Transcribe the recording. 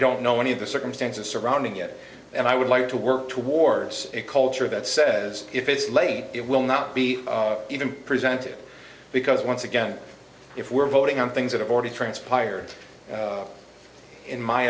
don't know any of the circumstances surrounding it and i would like to work towards a culture that says if it's late it will not be even presented because once again if we're voting on things that have already transpired in my